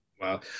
Wow